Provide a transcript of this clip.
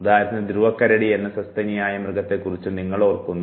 ഉദാഹരണത്തിന് ധ്രുവക്കരടിയെന്ന സസ്തനിയായ മൃഗത്തെകുറിച്ചും നിങ്ങൾ ഓർക്കുന്നു